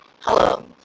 Hello